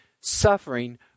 suffering